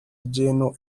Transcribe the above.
lleno